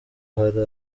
hari